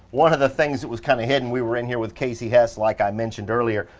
one of the things that was kind of hidden, we were in here with casey hess like i mentioned earlier,